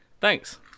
thanks